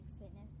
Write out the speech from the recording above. fitness